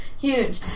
Huge